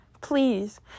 Please